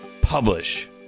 publish